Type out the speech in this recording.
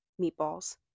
meatballs